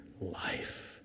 life